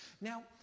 Now